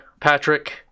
Patrick